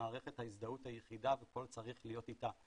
כמערכת ההזדהות היחידה והכול צריך להיות איתה.